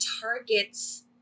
targets